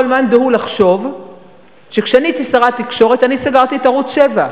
יכול מאן דהוא לחשוב שכשאני הייתי שרת התקשורת אני סגרתי את ערוץ-7.